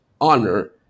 honor